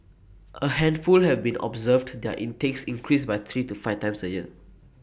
A handful have been observed their intakes increase by three to five times A year